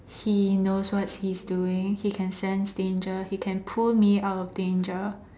he knows what he's doing he can sense danger he can pull me out of danger